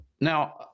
now